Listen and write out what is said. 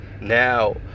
Now